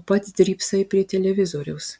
o pats drybsai prie televizoriaus